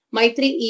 Maitri